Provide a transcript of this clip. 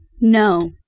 No